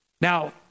Now